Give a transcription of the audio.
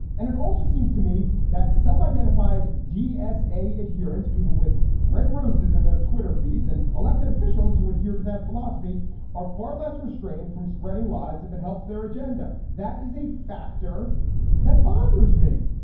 and it also seems to me that self-identified dsa adherence people with red roses in their twitter feeds and elected officials who adhere to that philosophy are far less restrained from spreading lies if it helps their agenda. that is a factor that bothers me.